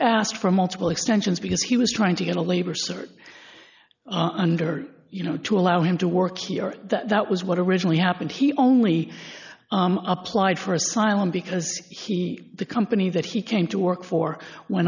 asked for multiple extensions because he was trying to get a labor sort under you know to allow him to work here that was what originally happened he only applied for asylum because the company that he came to work for went